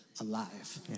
alive